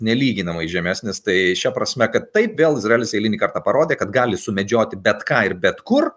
nelyginamai žemesnis tai šia prasme kad taip vėl izraelis eilinį kartą parodė kad gali sumedžioti bet ką ir bet kur